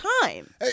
time